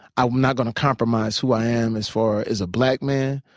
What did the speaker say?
i'm not going to compromise who i am as far as a black man,